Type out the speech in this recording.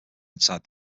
inside